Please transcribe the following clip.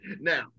Now